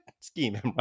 scheme